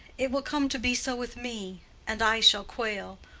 it will come to be so with me and i shall quail.